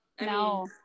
No